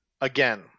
Again